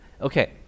Okay